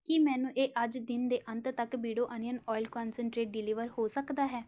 ਕੀ ਮੈਨੂੰ ਇਹ ਅੱਜ ਦਿਨ ਦੇ ਅੰਤ ਤੱਕ ਬਿਡੋ ਅਨੀਅਨ ਓਇਲ ਕੋਂਨਸਨਟਰੇਟ ਡਿਲੀਵਰ ਹੋ ਸਕਦਾ ਹੈ